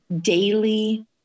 daily